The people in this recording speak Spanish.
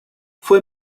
fue